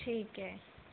ਠੀਕ ਹੈ